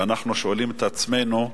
ואנחנו שומעים את עצמנו: